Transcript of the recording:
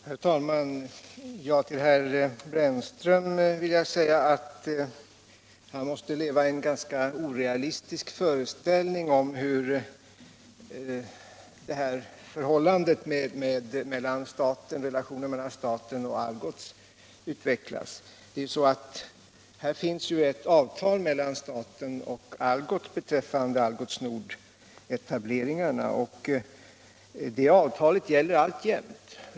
Herr talman! Till herr Brännström vill jag säga att han måste leva i en ganska orealistisk föreställning om hur relationen mellan staten och Algots utvecklas. Det finns ett avtal mellan staten och Algots beträffande Algots Nord-etableringarna, och det avtalet gäller alltjämt.